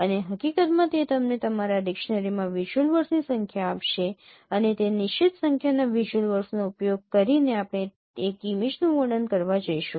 અને હકીકતમાં તે તમને તમારા ડિક્શનરીમાં વિઝ્યુઅલ વર્ડસની સંખ્યા આપશે અને તે નિશ્ચિત સંખ્યાના વિઝ્યુઅલ વર્ડસનો ઉપયોગ કરીને આપણે એક ઇમેજનું વર્ણન કરવા જઈશું